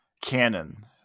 canon